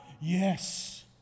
Yes